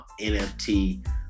NFT